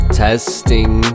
testing